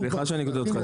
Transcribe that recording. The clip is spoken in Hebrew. סליחה שאני קוטע אותך,